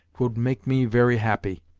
would make me very happy!